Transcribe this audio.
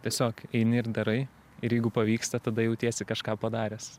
tiesiog eini ir darai ir jeigu pavyksta tada jautiesi kažką padaręs